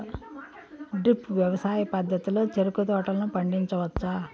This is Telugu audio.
డ్రిప్ వ్యవసాయ పద్ధతిలో చెరుకు తోటలను పండించవచ్చా